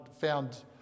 found